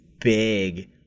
big